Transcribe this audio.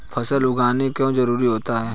फसल उगाना क्यों जरूरी होता है?